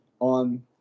on